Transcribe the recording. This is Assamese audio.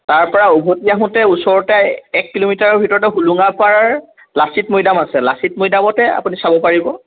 তাৰপৰা উভতি আহোঁতে ওচৰতে এক কিলোমিটাৰৰ ভিতৰতে হোলোঙাপাৰ লাচিত মৈদাম আছে লাচিত মৈদামতে আপুনি চাব পাৰিব